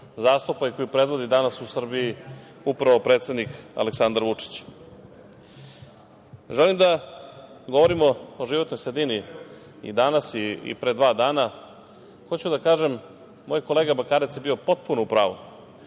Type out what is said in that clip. zastupa i koju predvodi danas u Srbiji upravo predsednik Aleksandar Vučić. Želim da govorimo o životnoj sredini i danas i pre dva dana. Hoću da kažem da je moj kolega Bakarec bio potpuno u pravu.